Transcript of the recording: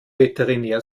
veterinär